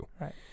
Right